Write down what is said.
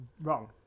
wrong